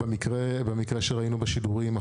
במקרה שראינו בשידורים,